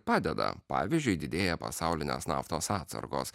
padeda pavyzdžiui didėja pasaulinės naftos atsargos